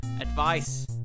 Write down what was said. advice